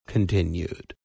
Continued